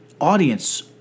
audience